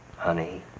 Honey